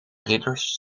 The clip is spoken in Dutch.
ridders